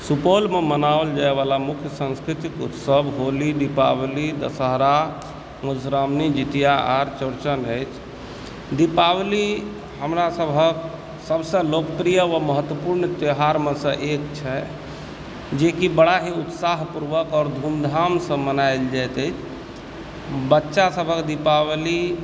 सुपौलमे मनाओल जायवला मुख्य सांस्कृतिक उत्सव होली दीपावली दशहरा मधुश्रावणी जितिआ आ चौरचन अछि दीपावली हमरा सभक सभसे लोकप्रिय आ महत्वपुर्ण त्यौहारमेसँ एक छै जेकि बड़ा ही उत्साहपूर्वक आओर धूमधामसँ मनाओल जाइत अछि बच्चा सभक दीपावली